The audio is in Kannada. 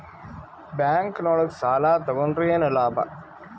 ಬ್ಯಾಂಕ್ ನೊಳಗ ಸಾಲ ತಗೊಂಡ್ರ ಏನು ಲಾಭ?